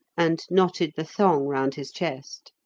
and knotted the thong round his chest.